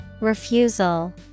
Refusal